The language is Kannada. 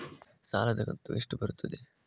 ಸಾಲದ ಕಂತು ಎಷ್ಟು ಬರುತ್ತದೆ?